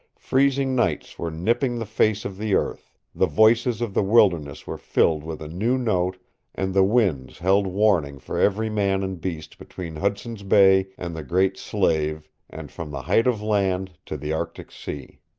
freezing nights were nipping the face of the earth, the voices of the wilderness were filled with a new note and the winds held warning for every man and beast between hudson's bay and the great slave and from the height of land to the arctic sea.